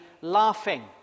laughing